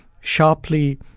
sharply